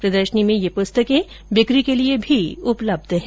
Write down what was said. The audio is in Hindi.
प्रदर्शनी में ये पुस्तके बिक्री के लिये भी उपलब्ध है